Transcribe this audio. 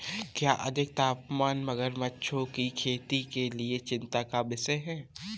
क्या अधिक तापमान मगरमच्छों की खेती के लिए चिंता का विषय है?